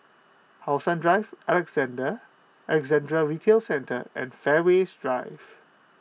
How Sun Drive Alexandra Retail Centre and Fairways Drive